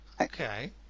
Okay